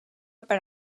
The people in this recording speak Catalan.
per